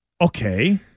okay